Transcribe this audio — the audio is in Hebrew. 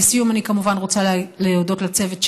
לסיום אני כמובן רוצה להודות לצוות שלי: